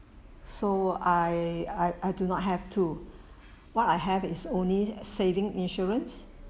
so I I I do not have to what I have is only saving insurance